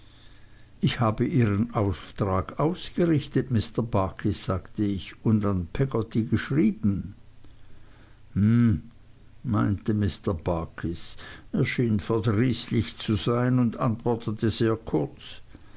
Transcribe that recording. ich habe ihren auftrag ausgerichtet mr barkis sagte ich und an peggotty geschrieben hm meinte mr barkis er schien verdrießlich zu sein und antwortete sehr kurz